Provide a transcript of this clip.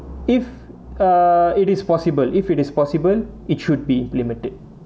if uh it is possible if it is possible it should be implemented